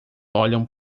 olham